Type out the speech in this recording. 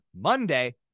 monday